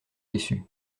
déçu